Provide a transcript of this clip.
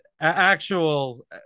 actual